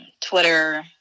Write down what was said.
Twitter